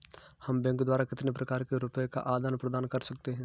हम बैंक द्वारा कितने प्रकार से रुपये का आदान प्रदान कर सकते हैं?